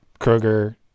Kroger